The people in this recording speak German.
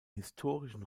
historischen